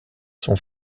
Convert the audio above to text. sont